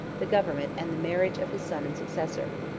the government, and the marriage, of his son and successor.